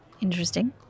Interesting